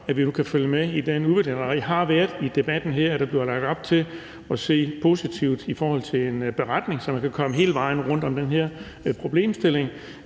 at vi nu kan følge med i den udvikling, der allerede har været. I debatten her er der blevet lagt op til at se positivt på en beretning, så man kan komme hele vejen rundt om den her problemstilling.